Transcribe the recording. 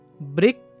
brick